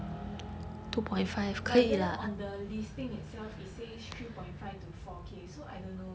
but then on the listing itself it says three point five to four k so I don't know